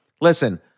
listen